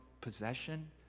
possession